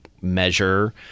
measure